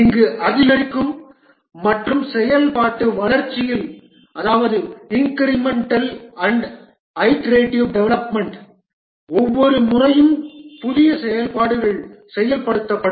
இங்கு அதிகரிக்கும் மற்றும் செயல்பாட்டு வளர்ச்சியில் ஒவ்வொரு முறையும் புதிய செயல்பாடுகள் செயல்படுத்தப்படும்